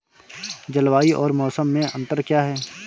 जलवायु और मौसम में अंतर क्या है?